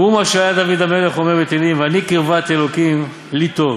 והוא מה שהיה דוד המלך אומר בתהילים: ואני קרבת אלוקים לי טוב.